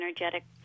energetic